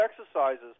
exercises